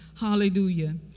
Hallelujah